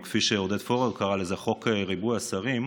או כפי שעודד פורר קרא לזה "חוק ריבוי השרים"